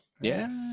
yes